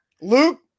Luke